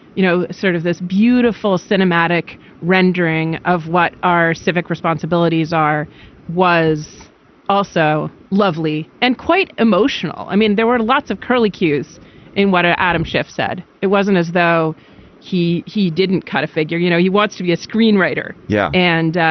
you know, sort of this beautiful cinematic rendering of what our civic responsibilities are was also lovely and quite emotional. i mean, there were lots of curlicues in what ah adam adam schiff said. it wasn't as though he he didn't kind of figure, you know, he wants to be a screenwriter. yeah. and,